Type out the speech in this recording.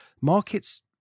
Markets